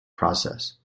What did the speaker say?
process